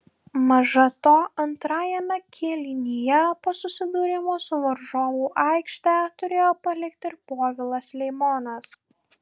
maža to antrajame kėlinyje po susidūrimo su varžovu aikštę turėjo palikti ir povilas leimonas